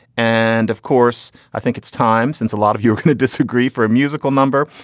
and of course i think it's time since a lot of you can disagree for a musical number.